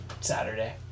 Saturday